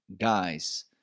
guys